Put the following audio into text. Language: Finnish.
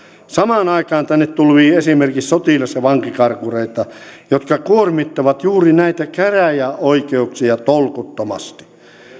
samaan aikaan tänne tulvii esimerkiksi sotilas ja vankikarkureita jotka kuormittavat juuri näitä käräjäoikeuksia tolkuttomasti